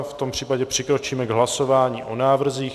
V tom případě přikročíme k hlasování o návrzích.